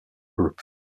group